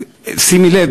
שימי לב,